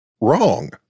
wrong